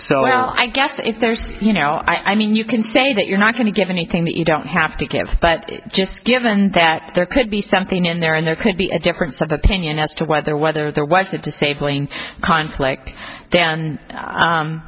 so i guess if there's you know i mean you can say that you're not going to give anything that you don't have to give but just given that there could be something in there and there could be a difference of opinion as to whether whether there was a just a plain conflict